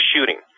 shooting